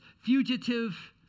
fugitive